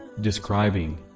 describing